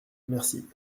merci